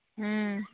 ᱦᱮᱸ